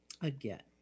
Again